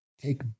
take